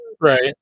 Right